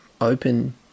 open